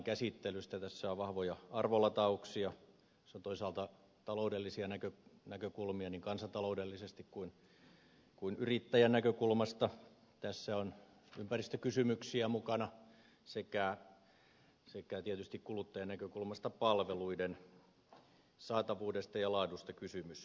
tässä on vahvoja arvolatauksia tässä on toisaalta taloudellisia näkökulmia niin kansantaloudellisesti kuin yrittäjän näkökulmasta tässä on ympäristökysymyksiä mukana sekä tietysti kuluttajien näkökulmasta palveluiden saatavuudesta ja laadusta kysymys